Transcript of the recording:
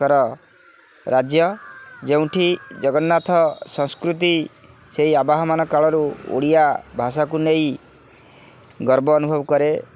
ଙ୍କର ରାଜ୍ୟ ଯେଉଁଠି ଜଗନ୍ନାଥ ସଂସ୍କୃତି ସେହି ଆବାହମାନ କାଳରୁ ଓଡ଼ିଆ ଭାଷାକୁ ନେଇ ଗର୍ବ ଅନୁଭବ କରେ